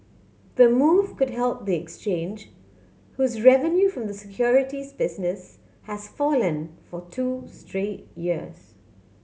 the move could help the exchange whose revenue from the securities business has fallen for two straight years